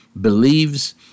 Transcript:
believes